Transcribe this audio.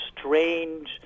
strange